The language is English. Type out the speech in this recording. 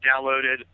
downloaded